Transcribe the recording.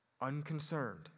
unconcerned